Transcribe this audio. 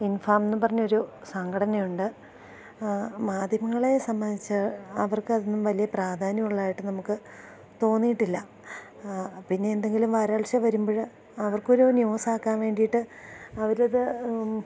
ഇൻഫാം എന്നും പറഞ്ഞൊരു സംഘടനയുണ്ട് മാധ്യമങ്ങളെ സംബന്ധിച്ച് അവർക്കതൊന്നും വലിയ പ്രാധാന്യമുള്ളതായിട്ട് നമുക്ക് തോന്നിയിട്ടില്ല പിന്നെ എന്തെങ്കിലും വരൾച്ച വരുമ്പോള് അവർക്കൊരു ന്യൂസാക്കാൻ വേണ്ടിയിട്ട് അവരത്